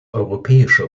europäische